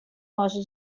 loja